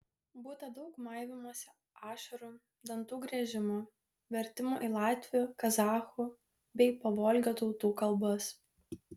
būta daug maivymosi ašarų dantų griežimo vertimų į latvių kazachų bei pavolgio tautų kalbas